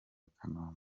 kanombe